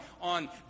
on